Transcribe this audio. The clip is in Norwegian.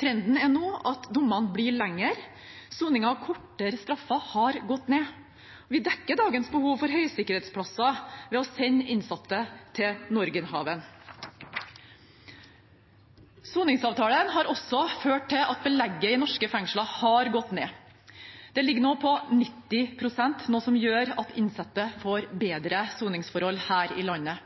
Trenden er nå at dommene blir lengre, soning av kortere straffer har gått ned. Vi dekker dagens behov for høysikkerhetsplasser ved å sende innsatte til Norgerhaven. Soningsavtalen har også ført til at belegget i norske fengsler har gått ned. Det ligger nå på 90 pst., noe som gjør at innsatte får bedre soningsforhold her i landet.